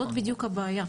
זאת בדיוק הבעיה.